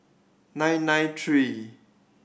nine nine three